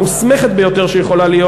המוסמכת ביותר שיכולה להיות.